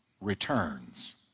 returns